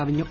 കവിഞ്ഞു